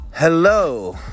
Hello